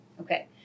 okay